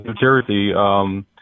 Jersey